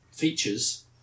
features